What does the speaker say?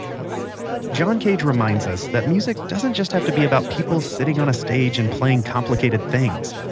john cage reminds us that music doesn't just have to be about people sitting on a stage and playing complicated things.